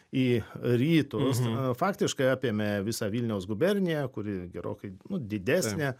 į rytus faktiškai apėmė visą vilniaus guberniją kuri gerokai nu didesnė